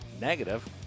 negative